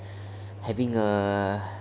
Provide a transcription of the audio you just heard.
having a korean barbeque